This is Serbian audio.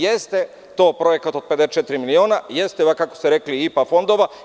Jeste to projekat od 54 miliona i jeste, kako ste rekli, IPA fondova.